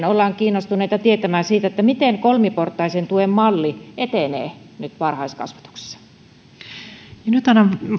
ollaan myös kiinnostuneita tietämään siitä miten kolmiportaisen tuen malli nyt etenee varhaiskasvatuksessa nyt